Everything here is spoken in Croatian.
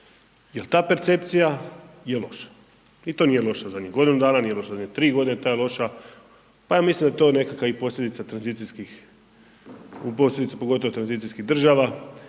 jer ta percepcija je loša. I to nije loša zadnjih godinu dana, nije loša zadnjih tri godine to je loša, pa ja mislim da je to nekakva i posljedica tranzicijskih,